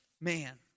man